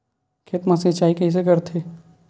खेत मा सिंचाई कइसे करथे?